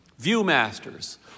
Viewmaster's